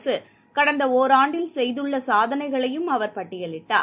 அரசுகடந்தஓராண்டில் செய்துள்ளசாதனைகளையும் அவர் பட்டியிலிட்டார்